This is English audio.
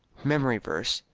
memory verse,